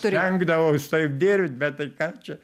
stengdavaus taip dirbt bet tai ką čia